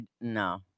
no